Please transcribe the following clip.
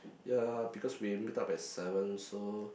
ya because we meet up at seven so